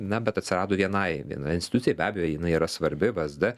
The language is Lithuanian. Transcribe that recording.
na bet atsirado vienai viena institucija be abejo jinai yra svarbi vsd